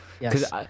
Yes